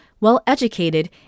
well-educated